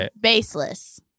baseless